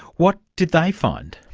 what did they find?